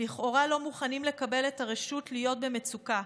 לכאורה לא מוכנים לקבל את הרשות להיות במצוקה.